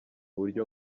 buryo